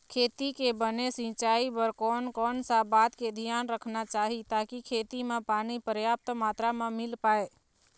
खेती के बने सिचाई बर कोन कौन सा बात के धियान रखना चाही ताकि खेती मा पानी पर्याप्त मात्रा मा मिल पाए?